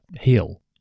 heal